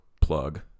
plug